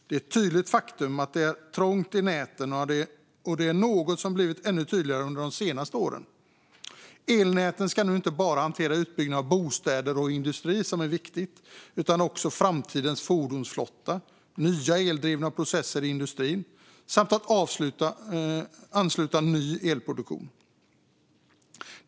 Det är ett tydligt faktum att det är trångt i näten, och det är något som blivit ännu tydligare under de senaste åren. Elnäten ska nu inte bara hantera utbyggnaden av bostäder och industri, vilket är viktigt, utan också framtidens fordonsflotta och nya eldrivna processer i industrin samt att ansluta ny elproduktion.